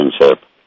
relationship